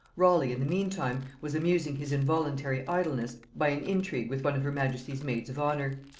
raleigh, in the meantime, was amusing his involuntary idleness by an intrigue with one of her majesty's maids of honor,